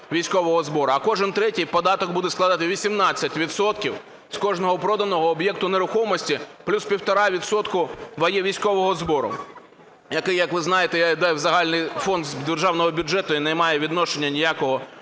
військового збору. А кожен третій податок буде складати 18 відсотків з кожного проданого об'єкту нерухомості плюс 1,5 відсотка військового збору, який, як ви знаєте, йде в загальний фонд державного бюджету і не має відношення ніякого